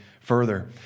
further